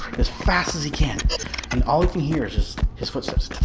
as fast as he can and all of you hear just his footsteps